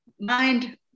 mind